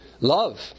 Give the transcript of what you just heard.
Love